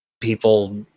people